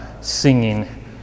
singing